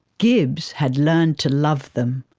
gibbs had learned to love them.